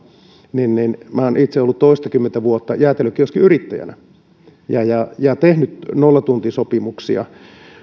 niin minä itse olen ollut toistakymmentä vuotta jäätelökioskiyrittäjänä ja ja tehnyt nollatuntisopimuksia